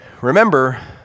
Remember